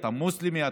אתה מוסלמי?